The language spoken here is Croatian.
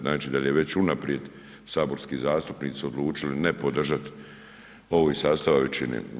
Znači, da li je već unaprijed saborski zastupnici odlučili ne podržat ovo iz sastava većine.